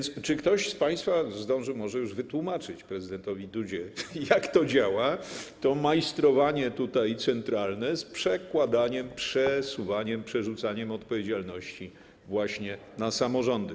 Czy ktoś z państwa zdążył może już wytłumaczyć prezydentowi Dudzie, jak to działa, to centralne majstrowanie z przekładaniem, przesuwaniem, przerzucaniem odpowiedzialności właśnie na samorządy?